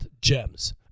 Gems